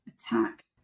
attack